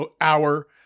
hour